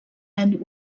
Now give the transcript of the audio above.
and